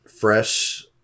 fresh